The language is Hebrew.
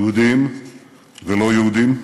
יהודים ולא יהודים.